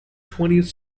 twentieth